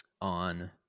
on